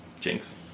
Jinx